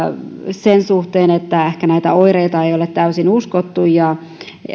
sen suhteen että ehkä näitä oireita ei ole täysin uskottu ja